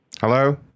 Hello